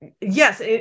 yes